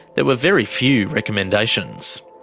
there were very few recommendations.